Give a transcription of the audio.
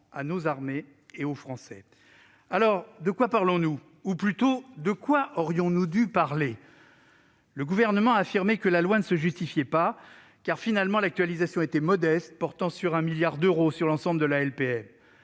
à nos armées et aux Français. Alors, de quoi parlons-nous ou, plutôt, de quoi aurions-nous dû parler ? Le Gouvernement a affirmé que la loi ne se justifiait pas, puisque, finalement, l'actualisation était modeste, portant sur 1 milliard d'euros sur l'ensemble de la LPM.